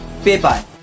PayPal